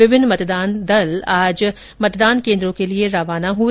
विभिन्न मतदान दल आज मतदान केन्द्रों के लिए रवाना हुए